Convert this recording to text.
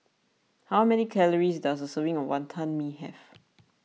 how many calories does a serving of Wantan Mee have